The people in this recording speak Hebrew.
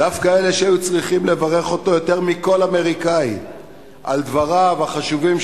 דווקא אלה שהיו צריכים לברך אותו יותר מכל אמריקני על דבריו החשובים,